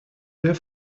der